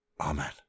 Amen